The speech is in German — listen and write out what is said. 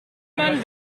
man